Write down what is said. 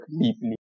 deeply